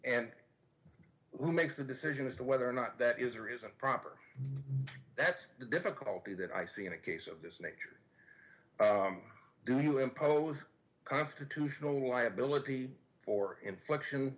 and who makes the decision as to whether or not that is or isn't proper that's the difficulty that i see in a case of this nature do you impose constitutional liability for infliction